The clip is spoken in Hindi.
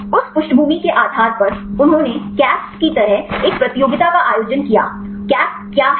उस पृष्ठभूमि के आधार पर उन्होंने कैस्प की तरह एक प्रतियोगिता का आयोजन किया कैसप क्या है